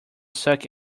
suck